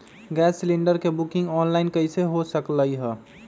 Gas cylinder के booking online कईसे हो सकलई ह?